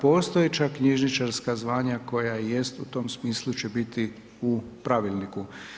Postojeća knjižničarska zvanja koja jest u tom smislu će biti u pravilniku.